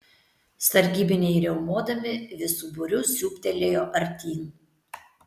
sargybiniai riaumodami visu būriu siūbtelėjo artyn